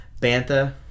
Bantha